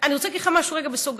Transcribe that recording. אני רוצה להגיד לך משהו רגע בסוגריים,